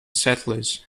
settlers